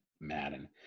Madden